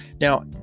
Now